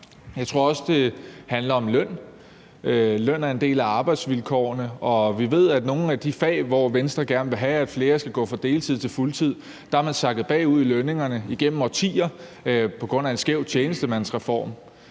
Jeg tror også, det handler om løn. Løn er en del af arbejdsvilkårene, og vi ved, at man i nogle af de fag, hvor Venstre gerne vil have at flere skal gå fra deltid til fuldtid, er sakket bagud i lønningerne igennem årtier på grund af en skæv tjenestemandsreform.